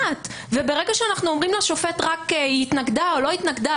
וברגע שאנחנו אומרים לשופט רק: היא התנגדה או לא התנגדה,